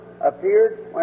appeared